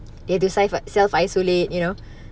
they have to sel~ self isolate you know